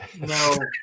No